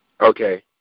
Okay